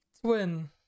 twin